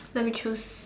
let me choose